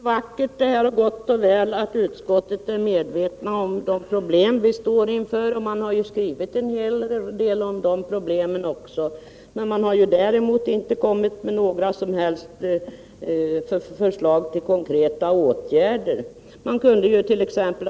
Herr talman! Det är vackert och låter gott och väl att utskottet är medvetet om de problem vi står inför. Man har skrivit en hel del om problemen, däremot inte kommit med några som helst förslag till konkreta åtgärder. Man kundejjut.ex.